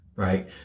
right